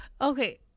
Okay